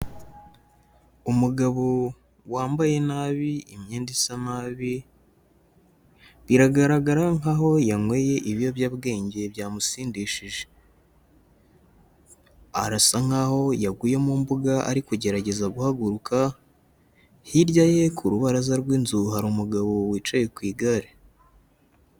Umugabo wambaye nabi imyenda isa nabi, biragaragara nkaho yanyweye ibiyobyabwenge byamusindishije. Arasa nkaho yaguye mu mbuga ari kugerageza guharuka, hirya ye ku rubaraza rw'inzu, hari umugabo wicaye ku igare.